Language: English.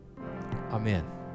Amen